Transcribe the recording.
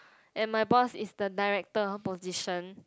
and my boss is the director of position